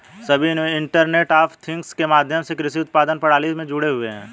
सभी internet of things के माध्यम से कृषि उत्पादन प्रणाली में जुड़े हुए हैं